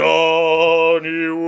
Johnny